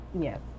Yes